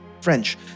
French